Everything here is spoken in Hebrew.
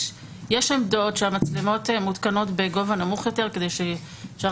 יש עמדות שהמצלמות מותקנות בגובה נמוך יותר כדי שאפשר